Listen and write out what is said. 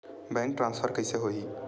Bank transfer कइसे होही?